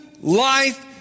life